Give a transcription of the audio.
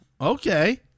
Okay